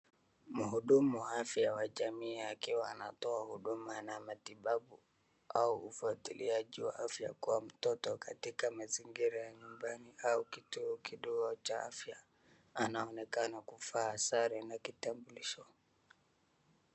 Mhudumu wa afya ya jamii akiwa anatoa huduma na matibabu au ufuatiliaji wa afya kwa mtoto katika mazingira ya nyumbani au kituo kidogo cha afya. Anaonekana kuvaa sare na kitambulisho.